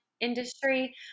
industry